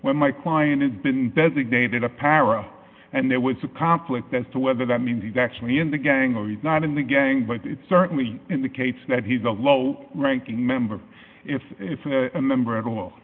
when my client has been designated apparel and there was a conflict as to whether that means he's actually in the gang or not in the gang but it certainly indicates that he's a low ranking member if it's a member at all